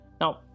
Now